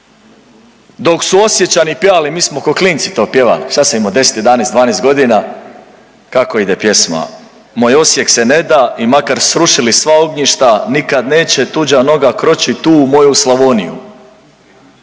Dok su Osječani pjevali mi smo kao klinci to pjevali, šta sam imao 10, 11, 12 godina. Kako ide pjesma „Moj Osijek se neda i makar srušili sva ognjišta nikad neće tuđa noga kročit tu u moju Slavoniju!“